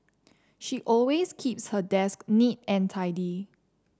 she always keeps her desk neat and tidy